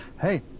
hey